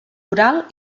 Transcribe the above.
oral